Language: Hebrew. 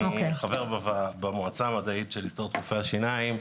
אני חבר במועצה המדעית של הסתדרות רופאי השיניים,